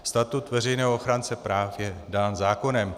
Statut veřejného ochránce práv je dán zákonem.